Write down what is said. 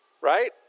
right